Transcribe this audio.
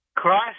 Cross